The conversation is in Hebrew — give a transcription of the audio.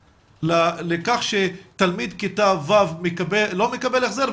לכך שתלמיד כיתה ו' לא מקבל החזר,